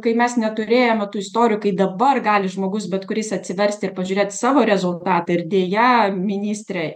kai mes neturėjome tų istorikai kai dabar gali žmogus bet kuris atsiversti ir pažiūrėti savo rezultatą ir deja ministre